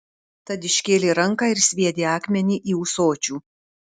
tad iškėlė ranką ir sviedė akmenį į ūsočių